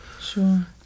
Sure